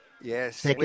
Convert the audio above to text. Yes